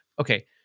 okay